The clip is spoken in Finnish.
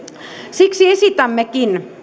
siksi esitämmekin